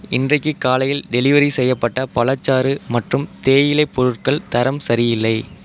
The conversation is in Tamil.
இன்றைக்கு காலையில் டெலிவரி செய்யப்பட்ட பழச்சாறு மற்றும் தேயிலை பொருட்கள் தரம் சரியில்லை